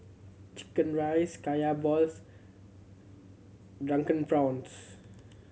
chicken rice Kaya balls Drunken Prawns